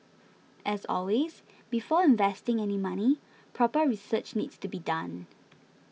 as always before investing any money proper research needs to be done